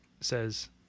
says